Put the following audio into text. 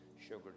sugar